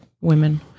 women